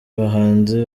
bahanzi